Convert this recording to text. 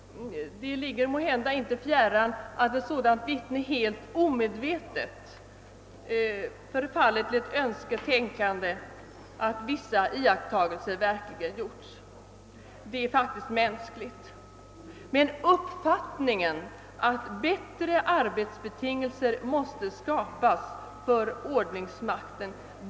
Det ligger måhända inte fjärran att vittnet helt omedvetet förfaller till ett önsketänkande att vissa iakttagelser verkligen gjorts. Det är faktiskt mänskligt. Utskottet delar naturligtvis uppfattningen att bättre arbetsbetingelser måste skapas för ordningsmakten.